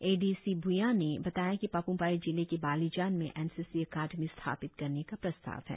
ए D G भ्या ने बताया कि पाप्मपारे जिले के बालिजान में एन सी सी अकादमी स्थापित करने का प्रस्ताव है